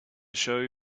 show